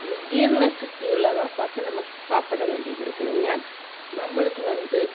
இது ஜீரணம் சக்தி உள்ளதாக பார்த்து நம்ம சாப்பிட வேண்டியது இருக்குதுங்க நம்மளுக்கு வந்து